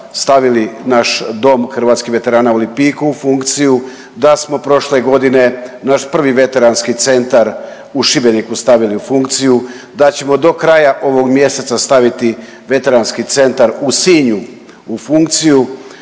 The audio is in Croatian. stavili naš Dom hrvatskih veterana u Lipiku u funkciju, da smo prošle godine naš prvi Veteranski centar u Šibeniku stavili u funkciju, da ćemo do kraja ovog mjeseca staviti Veteranski centar u Sinju u funkciju,